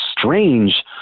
strange